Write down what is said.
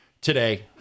today